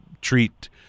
treat